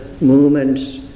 movements